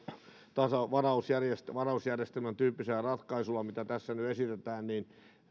tasausvarausjärjestelmän tyyppisellä ratkaisulla mitä tässä nyt esitetään niin